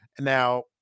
now